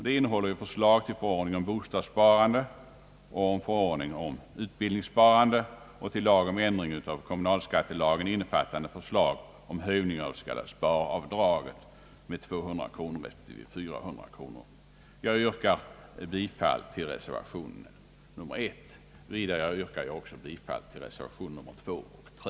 Den innehåller förslag till förordning om bostadssparande, förordning om utbildningssparande, samt lag om ändring av kommunalskattelagen, innefattande förslag om höjning av det s.k. sparavdraget med 200 kronor respektive 400 kronor. Jag yrkar alltså, herr talman, bifall till reservation nr I. Vidare yrkar jag också bifall till reservationerna nr II och IiL.